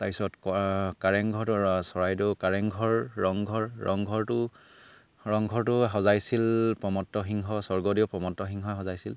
তাৰপিছত কাৰেংঘৰটো চৰাইদেউ কাৰেংঘৰ ৰংঘৰ ৰংঘৰটো ৰংঘৰটো সজাইছিল প্ৰমত্ত সিংহ স্বৰ্গদেউ প্ৰমত্ত সিংহই সজাইছিল